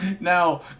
Now